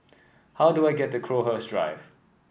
how do I get to Crowhurst Drive